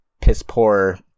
piss-poor